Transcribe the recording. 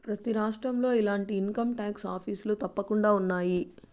ప్రతి రాష్ట్రంలో ఇలాంటి ఇన్కంటాక్స్ ఆఫీసులు తప్పకుండా ఉన్నాయి